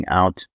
out